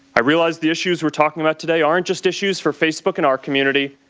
i realize the issues we are talking about today aren't just issues for facebook and our community,